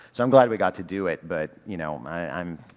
so i'm glad we got to do it, but, you know, i'm,